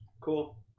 Cool